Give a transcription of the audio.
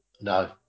No